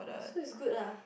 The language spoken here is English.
so is good lah